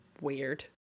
weird